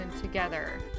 together